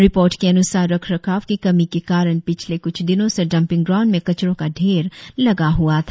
report के अनुसार रखरखाव की कमी के कारण पिछले कुछ दिनों से डांपिंग ग्राउण्ड में कचरों का ढेर लगा हुआ था